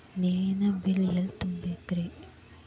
ನೇರಿನ ಬಿಲ್ ಎಲ್ಲ ತುಂಬೇಕ್ರಿ?